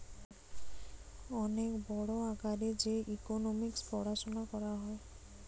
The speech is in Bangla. অনেক বড় আকারে যে ইকোনোমিক্স পড়াশুনা করা হয়